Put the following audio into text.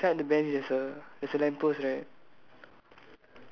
okay so beside the bench is a there's a lamp post right